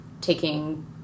taking